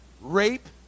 Rape